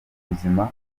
ubuzima